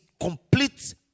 complete